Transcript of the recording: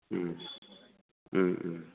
ओम ओम ओम